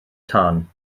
tân